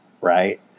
right